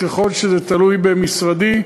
ככל שזה תלוי במשרדי,